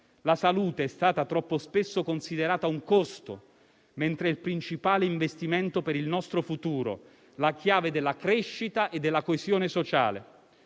La salute è stata troppo spesso considerata un costo, mentre il principale investimento per il nostro futuro, la chiave della crescita e della coesione sociale